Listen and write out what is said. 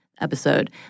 Episode